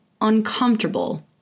uncomfortable